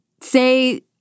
say